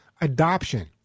adoption